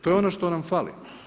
To je ono što nam fali.